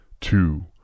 two